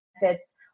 benefits